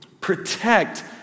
Protect